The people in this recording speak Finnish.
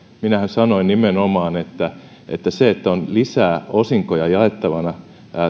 minähän sanoin nimenomaan että että se että on lisää osinkoja jaettavana